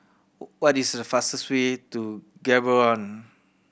what is the fastest way to Gaborone